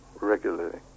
regularly